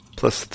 plus